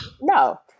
No